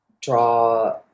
draw